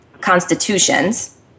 constitutions